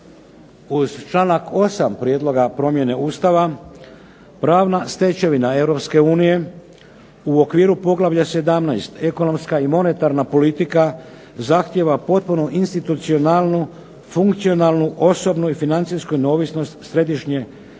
Uz članak 8. Prijedloga promjene Ustava pravna stečevina Europske unije u okviru poglavlja 17.-Ekonomska i monetarna politika zahtijeva potpunu institucionalnu, funkcionalnu, osobnu i financijsku neovisnost središnjih